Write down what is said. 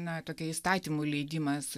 na tokia įstatymų leidimas